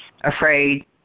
afraid